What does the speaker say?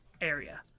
area